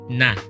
na